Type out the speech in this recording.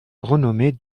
renommée